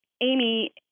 Amy